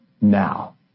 now